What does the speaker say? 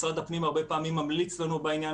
משרד הפנים הרבה פעמים ממליץ לנו בעניין